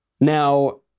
Now